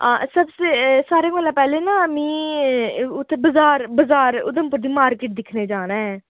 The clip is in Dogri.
हां सब से सारें कोलां पैह्लें ना मीं उत्थै बजार बजार उधमपुर दी मार्केट दिक्खने ईं जाना ऐ